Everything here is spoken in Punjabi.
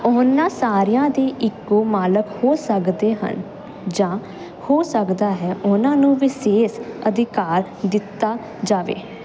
ਉਹਨਾਂ ਸਾਰਿਆਂ ਦੇ ਇੱਕੋ ਮਾਲਕ ਹੋ ਸਕਦੇ ਹਨ ਜਾਂ ਹੋ ਸਕਦਾ ਹੈ ਉਹਨਾਂ ਨੂੰ ਵਿਸ਼ੇਸ਼ ਅਧਿਕਾਰ ਦਿੱਤਾ ਜਾਵੇ